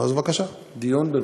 רוצים להמשיך את הדיון.